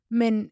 men